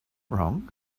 wrong